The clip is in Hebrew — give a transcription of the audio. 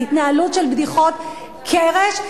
זה התנהלות של בדיחות קרש.